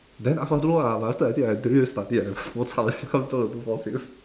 then I don't know lah after that I think I don't need to study I bo chup then become two four six